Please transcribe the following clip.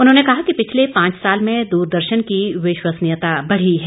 उन्होंने कहा कि पिछले पांच साल में दूरदर्शन की विश्वसनीयता बढ़ी है